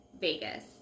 Vegas